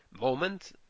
moment